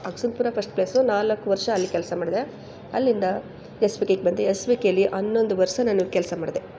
Agasanpura first place ನಾಲ್ಕು ವರ್ಷ ಅಲ್ಲಿ ಕೆಲಸ ಮಾಡಿದೆ ಅಲ್ಲಿಂದ ಎಸ್ ವಿ ಕೆಗೆ ಬಂದೆ ಎಸ್ ವಿ ಕೆಯಲ್ಲಿ ಹನ್ನೊಂದು ವರ್ಷ ನಾನು ಕೆಲಸ ಮಾಡಿದೆ